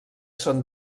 són